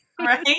Right